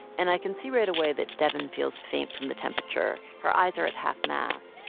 and i can see right away that devin feels faint from the temperature. her eyes are at half-mast.